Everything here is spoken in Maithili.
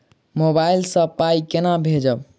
मोबाइल सँ पाई केना भेजब?